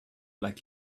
like